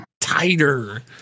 Tighter